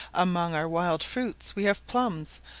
among our wild fruits we have plums,